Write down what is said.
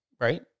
right